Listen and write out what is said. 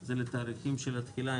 הן לתאריכים של התחילה.